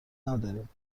نداریم